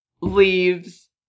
leaves